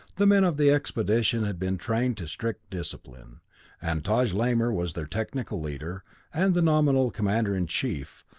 the men of the expedition had been trained to strict discipline and taj lamor was their technical leader and the nominal commander-in-chief,